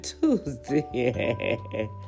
Tuesday